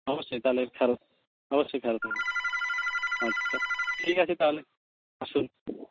অবশ্যই তাহলে ছাড়ও অবশ্যই ছাড় পাবেন আচ্ছা ঠিক আছে তাহলে আসুন